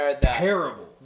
terrible